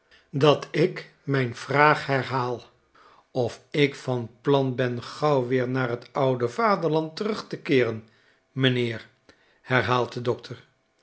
dat ik mijn vraag herhaal of ik van plan ben gauw weer naar t oude vaderland terug te keeren m'nheer i herhaalt de dokter